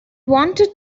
wanted